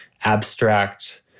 abstract